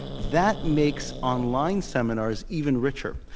that makes online seminars even richer.